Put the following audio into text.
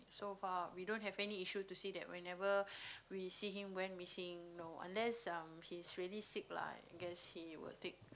so far we don't have any issue to say that whenever we see him went missing no unless um he is really sick lah I guess he will take